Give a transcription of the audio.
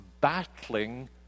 battling